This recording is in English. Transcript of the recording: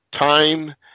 time